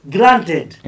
Granted